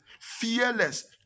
fearless